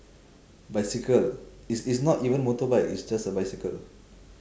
bicycle is is not even motorbike is just a bicycle